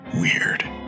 Weird